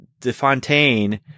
DeFontaine